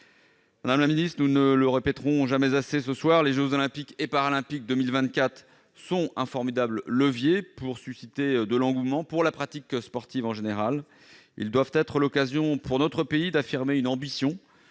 Madame la ministre, nous ne le répéterons jamais assez, les jeux Olympiques et Paralympiques de 2024 sont un formidable levier pour susciter un engouement pour la pratique sportive en général. Ils doivent être l'occasion, pour notre pays, d'affirmer une ambition